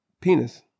Penis